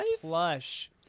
plush